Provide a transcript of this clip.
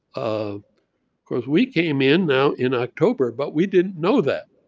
of course we came in now in october, but we didn't know that.